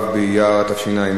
כ"ו באייר תשע"א,